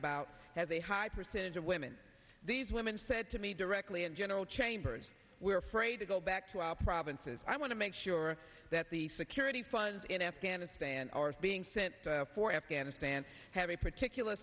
about has a high percentage of women these women said to me directly in general chambers we are afraid to go back to our provinces i want to make sure that the security funds in afghanistan are being sent for afghanistan have a particular